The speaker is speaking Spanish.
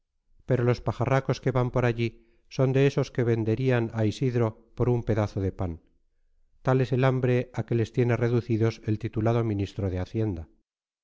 pero los pajarracos que van por allí son de esos que venderían a isidro por un pedazo de pan tal es el hambre a que les tiene reducidos el titulado ministro de hacienda